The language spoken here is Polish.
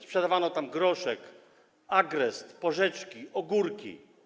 Sprzedawano tam groszek, agrest, porzeczki, ogórki.